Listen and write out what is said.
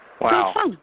Wow